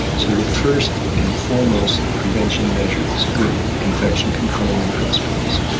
so the first and foremost prevention measure is good infection control in hospitals.